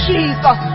Jesus